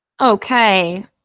Okay